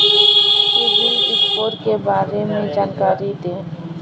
CIBIL score के बारे में जानकारी दें?